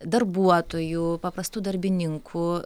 darbuotojų paprastų darbininkų